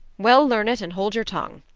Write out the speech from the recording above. well, learn it and hold your tongue,